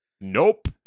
nope